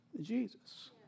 Jesus